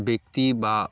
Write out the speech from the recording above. ব্যক্তি বা